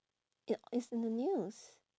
it's in the news